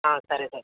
సరే సార్